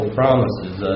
promises